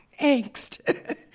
angst